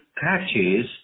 catches